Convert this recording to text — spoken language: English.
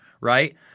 right